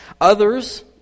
Others